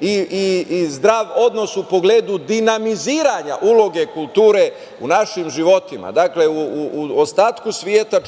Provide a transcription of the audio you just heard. i zdrav odnos u pogledu dinamiziranja uloge kulture u našim životima, dakle u ostatku sveta,